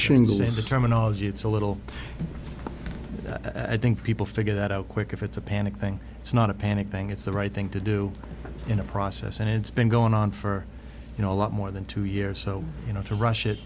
shingle is a terminology it's a little at think people figure that out quick if it's a panic thing it's not a panic thing it's the right thing to do in the process and it's been going on for you know a lot more than two years so you know to russia